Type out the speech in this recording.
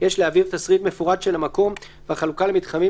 יש להעביר תשריט מפורט של המקום והחלוקה למתחמים